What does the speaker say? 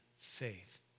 faith